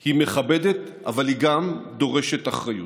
היא מכבדת, אבל היא גם דורשת אחריות.